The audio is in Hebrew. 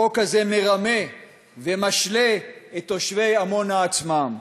החוק הזה מרמה ומשלה את תושבי עמונה עצמם.